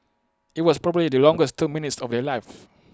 IT was probably the longest two minutes of their lives